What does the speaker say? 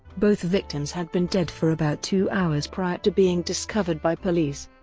both victims had been dead for about two hours prior to being discovered by police.